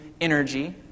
energy